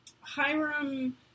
Hiram